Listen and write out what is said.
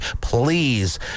Please